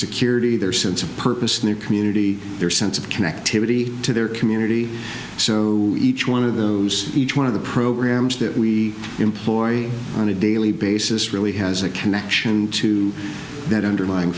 security their sense of purpose new community their sense of connectivity to their community so each one of those each one of the programs that we employ on a daily basis really has a connection to that underlying